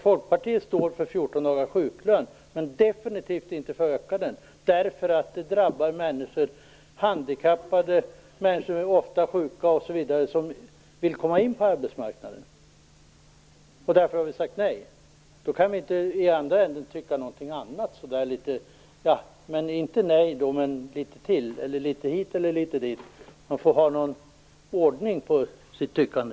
Folkpartiet står för 14 dagars sjuklön, men definitivt inte för att öka den. Det drabbar nämligen handikappade och människor som ofta är sjuka och som vill komma in på arbetsmarknaden. Därför har Folkpartiet sagt nej, och kan inte i andra ändan tycka något annat i stil med: inte nej, men litet till, eller litet hit eller litet dit. Man får ha någon ordning på sitt tyckande.